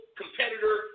competitor